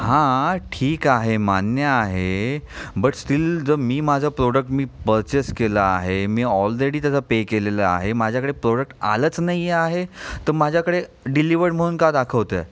हां ठीक आहे मान्य आहे बट स्टिल जर मी माझं प्रॉडक्ट मी परचेस केलं आहे मी ऑलरेडी त्याचा पे केलेलं आहे माझ्याकडे प्रॉडक्ट आलंच नाही आहे तर माझ्याकडे डिलिव्हर्ड म्हणून का दाखवतं आहे